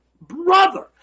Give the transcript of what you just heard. brother